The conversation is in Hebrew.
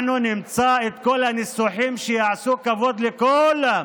אנחנו נמצא את כל הניסוחים שיעשו כבוד לכולם.